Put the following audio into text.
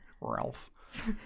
Ralph